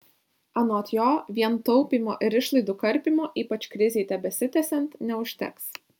anot jo vien taupymo ir išlaidų karpymo ypač krizei tebesitęsiant neužteks